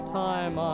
time